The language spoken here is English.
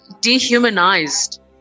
dehumanized